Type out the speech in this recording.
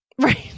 right